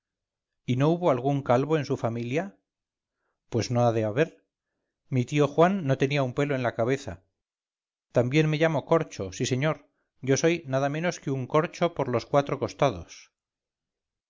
y no hubo algún calvo en su familia pues no ha de haber mi tío juan no tenía un pelo en la cabeza también me llamo corcho sí señor yo soy nada menos que un corcho por los cuatro costados